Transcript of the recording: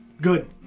Good